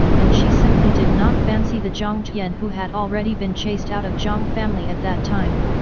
and she simply did not fancy the jiang tian who had already been chased out of jiang family at that time,